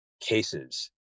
cases